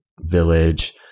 village